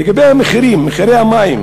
לגבי המחירים, מחירי המים